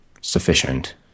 sufficient